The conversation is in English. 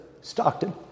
Stockton